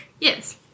Yes